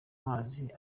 mazi